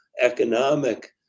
economic